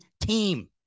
team